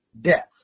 death